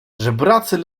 żebracy